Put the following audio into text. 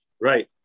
right